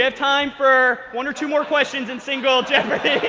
yeah time for one or two more questions in single jeopardy.